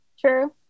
True